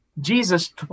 Jesus